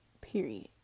Period